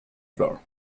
floor